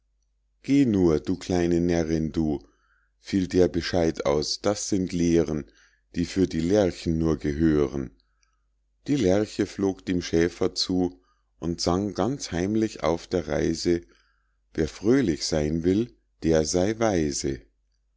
geh nur du kleine närrin du fiel der bescheid aus das sind lehren die für die lerchen nur gehören die lerche flog dem schäfer zu und sang ganz heimlich auf der reise wer fröhlich seyn will der sey weise